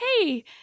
hey